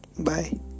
bye